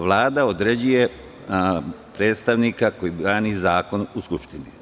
Vlada određuje predstavnika koji brani zakon u Skupštini.